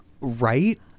Right